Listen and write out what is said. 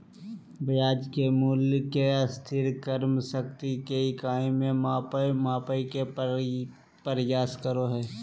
ब्याज के मूल्य के स्थिर क्रय शक्ति के इकाई में मापय के प्रयास करो हइ